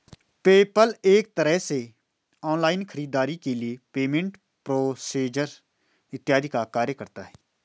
PayPal एक तरह से ऑनलाइन खरीदारी के लिए पेमेंट प्रोसेसर इत्यादि का कार्य करता है